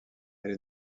elle